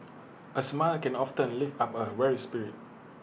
A smile can often lift up A weary spirit